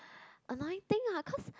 annoying thing lah cause